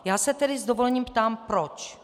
Já se tedy s dovolením ptám proč?